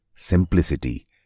Simplicity